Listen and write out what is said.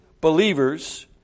believers